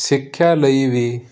ਸਿੱਖਿਆ ਲਈ ਵੀ